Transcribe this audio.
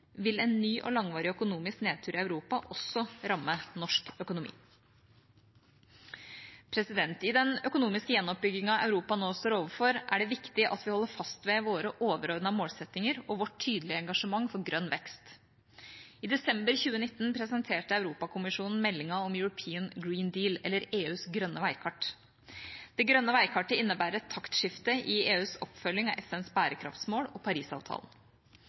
vil en ny og langvarig økonomisk nedtur i Europa også ramme norsk økonomi. I den økonomiske gjenoppbyggingen Europa nå står overfor, er det viktig at vi holder fast ved våre overordnede målsettinger og vårt tydelige engasjement for grønn vekst. I desember 2019 presenterte Europakommisjonen meldingen om European Green Deal, eller EUs grønne veikart. Det grønne veikartet innebærer et taktskifte i EUs oppfølging av FNs bærekraftmål og Parisavtalen.